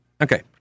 Okay